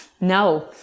no